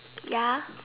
ya